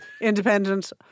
independent